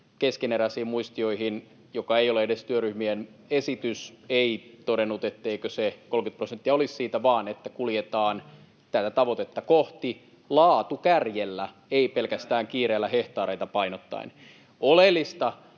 keskeneräisiin muistioihin, jotka eivät ole edes työryhmien esitys, ei todennut, et-teikö se 30 prosenttia olisi siitä vaan että kuljetaan tätä tavoitetta kohti laatukärjellä, ei pelkästään kiireellä hehtaareita painottaen. Oleellista